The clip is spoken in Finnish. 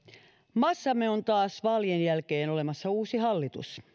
maassamme on taas vaalien jälkeen olemassa uusi hallitus